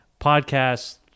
podcast